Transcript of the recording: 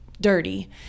dirty